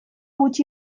gutxi